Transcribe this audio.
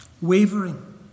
Wavering